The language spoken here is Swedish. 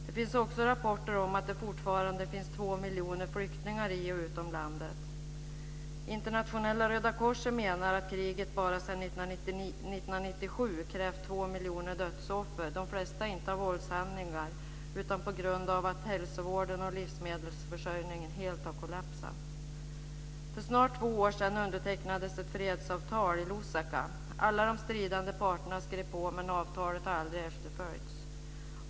Det finns också rapporter om att det fortfarande finns 2 miljoner flyktingar i och utom landet. Internationella Röda Korset menar att kriget bara sedan 1997 krävt 2 miljoner dödsoffer, de flesta inte av våldshandlingar utan på grund av att hälsovården och livsmedelsförsörjningen helt har kollapsat. För snart två år sedan undertecknades ett fredsavtal i Lusaka. Alla de stridande parterna skrev på, men avtalet har aldrig följts.